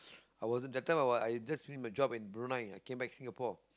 I wasn't that time I wa~ I just finish my job in Brunei I came back Singapore